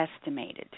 estimated